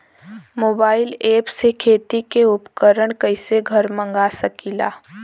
Mobile ऐपसे खेती के उपकरण कइसे घर मगा सकीला?